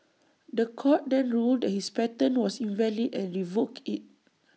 The Court then ruled that his patent was invalid and revoked IT